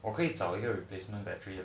我可以找一个 replacement battery